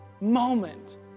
moment